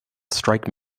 strike